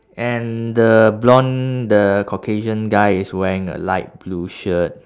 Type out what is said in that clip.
and the blonde the caucasian guy is wearing a light blue shirt